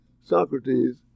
Socrates